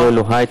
אוי אלוהי,